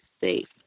safe